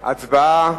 הצבעה.